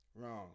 Wrong